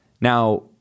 Now